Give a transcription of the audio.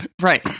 Right